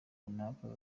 runaka